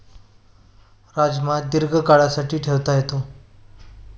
राजमा दीर्घकाळासाठी ठेवता येतो